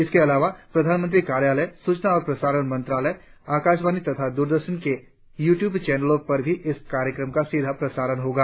इसके अलावा प्रधानमंत्री कार्यालय सूचना और प्रसारण मंत्रालय आकाशवाणी तथा द्ररदर्शन के यूट्यूब चैनलों पर भी इस कार्यक्रम का सीधा प्रसारण होगा